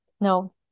no